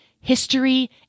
history